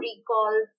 recall